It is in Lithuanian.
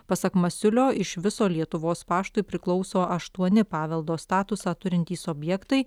pasak masiulio iš viso lietuvos paštui priklauso aštuoni paveldo statusą turintys objektai